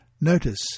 Notice